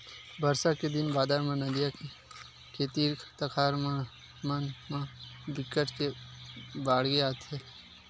बरसा के दिन बादर म नदियां के तीर तखार मन म बिकट के बाड़गे आथे